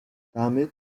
damit